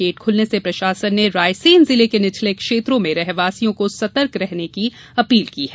gate खुलने से प्रशासन ने रायसेन जिले के निचले क्षेत्रों में रहवासियों को सतर्क रहने की ने अपील की है